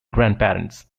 grandparents